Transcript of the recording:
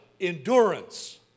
endurance